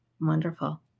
Wonderful